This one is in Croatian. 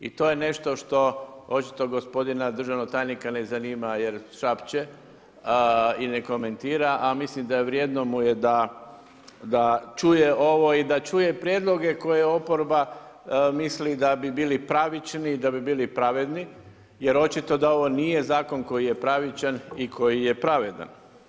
I to je nešto što očito gospodina državnog tajnika ne zanima, jer šapče i ne komentira, a mislim da vrijedno mu je da čuje ovo i da čuje prijedloge, koje oporba misli da bi bili pravični i da bi bili pravedni, jer očito da ovo nije zakon koji je pravičan i koji je pravedan.